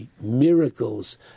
miracles